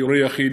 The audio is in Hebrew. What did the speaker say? הורה יחיד,